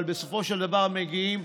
אבל בסופו של דבר מגיעים,